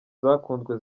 zakunzwe